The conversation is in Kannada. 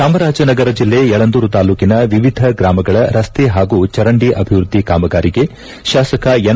ಚಾಮರಾಜನಗರ ಜೆಲ್ಲೆ ಯಳಂದೂರು ತಾಲೂಕಿನ ವಿವಿಧ ಗ್ರಾಮಗಳ ರಸ್ತೆ ಹಾಗೂ ಚರಂಡಿ ಅಭಿವೃದ್ದಿ ಕಾಮಗಾರಿಗೆ ಶಾಸಕ ಎನ್